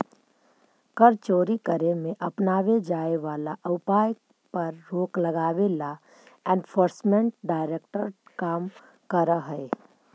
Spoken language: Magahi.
कर चोरी करे में अपनावे जाए वाला उपाय पर रोक लगावे ला एनफोर्समेंट डायरेक्टरेट काम करऽ हई